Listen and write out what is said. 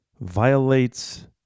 violates